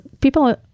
people